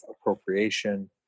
appropriation